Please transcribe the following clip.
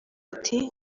ati